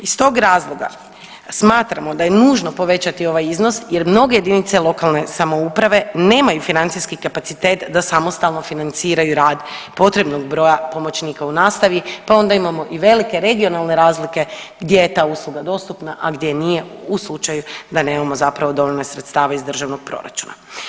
Iz tog razloga smatramo da je nužno povećati ovaj iznos jer mnoge jedinice lokalne samouprave nemaju financijski kapacitet da samostalno financiraju rad potrebnog broja pomoćnika u nastavi pa onda imamo i velike regionalne razlike gdje ta usluga dostupna, a gdje nije u slučaju da nemamo zapravo dovoljno sredstava iz državnog proračuna.